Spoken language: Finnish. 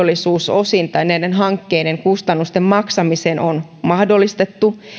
osittain näiden hankkeiden kustannusten kattamiseen on mahdollistettu